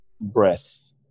breath